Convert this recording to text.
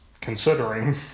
considering